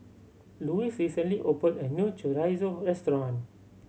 Louise recently opened a new Chorizo Restaurant